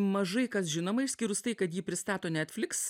mažai kas žinoma išskyrus tai kad jį pristato netflix